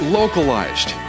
localized